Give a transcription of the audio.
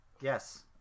Yes